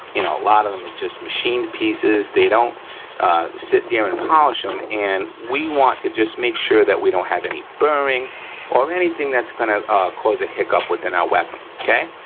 you know a lot of them are just machine pieces. they don't sit there and polish them and we want to just make sure that we don't have any burring or anything that's gonna cause a hiccup within our weapon, okay?